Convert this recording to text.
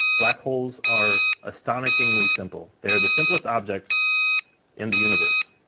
black holes are astonishingly simple. they're the simplest objects in the universe.